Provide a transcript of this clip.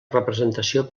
representació